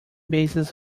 bases